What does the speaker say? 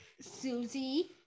Susie